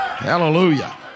Hallelujah